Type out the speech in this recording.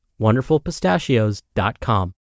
WonderfulPistachios.com